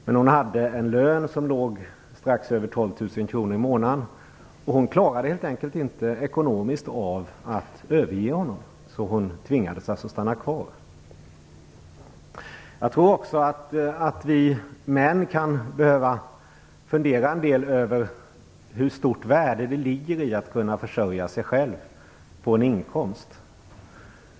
Men hon hade en lön som låg strax över 12 000 kr i månaden och klarade inte av ekonomiskt att överge honom, så hon tvingades stanna kvar. Jag tror att vi män kan behöva fundera en del över hur stort värde det ligger i att kunna försörja sig själv på en inkomst.